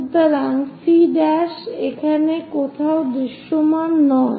সুতরাং C' এখানে কোথাও দৃশ্যমান নয়